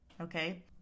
okay